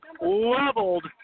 leveled